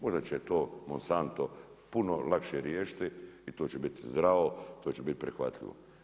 Možda će to Monsanto puno lakše riješiti i to će biti zdravo, to će biti prihvatljivo.